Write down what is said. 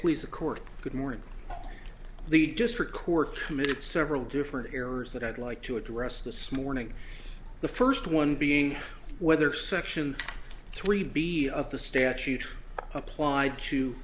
please the court good morning the district court committed several different errors that i'd like to address this morning the first one being whether section three b of the statute applied to